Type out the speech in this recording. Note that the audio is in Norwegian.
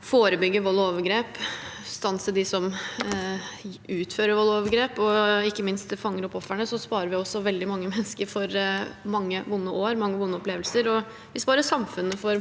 å forebygge vold og overgrep, stanse dem som utfører vold og overgrep, og ikke minst fanger opp ofrene, sparer vi også veldig mange mennesker for mange vonde år og mange vonde opplevelser, og vi sparer samfunnet for